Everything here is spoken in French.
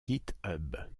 github